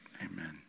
Amen